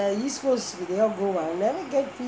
east coast கிட்டே தா:kittae thaa go ah I never get fish